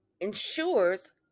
ensures